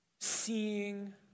seeing